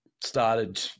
started